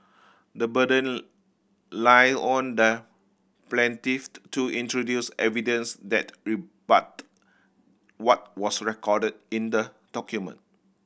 the burden lay on the plaintiff to introduce evidence that rebutted what was recorded in the document